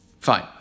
Fine